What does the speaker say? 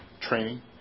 training